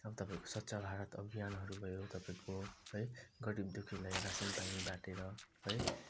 अब तपाईँको स्वच्छ भारत अभियानहरू भयो तपाईँको है गरिब दुःखीलाई रासिन पानी बाँडेर है